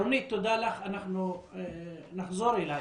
רונית, תודה לך, נחזור אלייך.